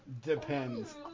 Depends